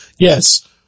Yes